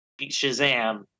Shazam